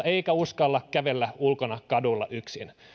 eikä uskalla kävellä ulkona kadulla yksin